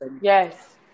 Yes